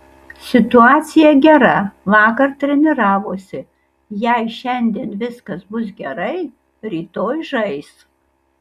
situacija gera vakar treniravosi jei šiandien viskas bus gerai rytoj žais